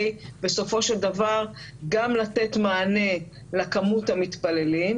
בסופו של דבר גם לתת מענה לכמות המתפללים,